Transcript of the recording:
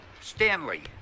Stanley